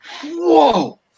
Whoa